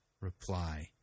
reply